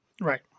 Right